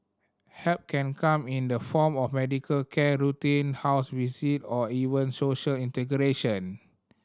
help can come in the form of medical care routine house receive or even social integration